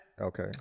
Okay